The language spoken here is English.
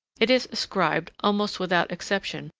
it is ascribed, almost without exception,